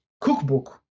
cookbook